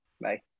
bye